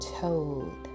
told